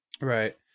Right